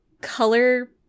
color